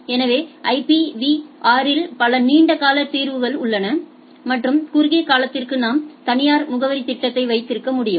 எனவே ஐபிவி 6 இல் பல நீண்ட கால தீர்வுகள் உள்ளன மற்றும் குறுகிய காலத்திற்கு நாம் தனியார் முகவரித் திட்டத்தை வைத்திருக்க முடியும்